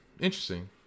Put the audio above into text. Interesting